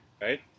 right